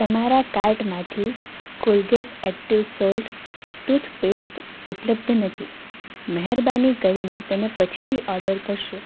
તમારા કાર્ટમાંથી Colgate active salt toothpaste ઉપલબ્ધ નથી મહેરબાની કરીને તેને પછીથી ઓર્ડર કરશો